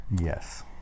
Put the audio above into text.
Yes